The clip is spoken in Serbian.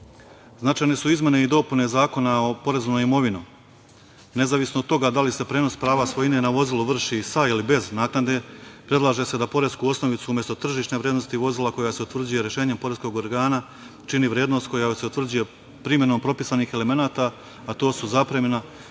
lica. Značajne su izmene i dopune Zakona o porezu na imovinu. Nezavisno od toga da li se prenos svojine na vozilo vrši sa ili bez naknade, predlaže se da poresku osnovicu umesto tržišne vrednosti vozila koja se utvrđuje rešenjem poreskog organa čini vrednost koja se utvrđuje primenom propisanih elemenata, a to su zapremina,